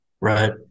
Right